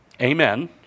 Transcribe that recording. Amen